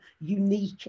unique